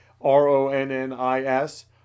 R-O-N-N-I-S